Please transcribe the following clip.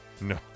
No